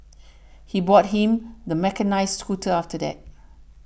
he bought him the mechanised scooter after that